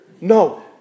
No